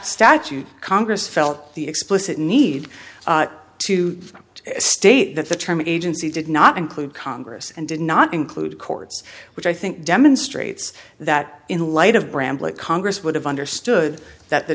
statute congress felt the explicit need to state that the term agency did not include congress and did not include courts which i think demonstrates that in light of bramblett congress would have understood that the